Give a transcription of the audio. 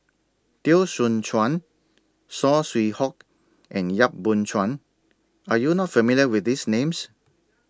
Teo Soon Chuan Saw Swee Hock and Yap Boon Chuan Are YOU not familiar with These Names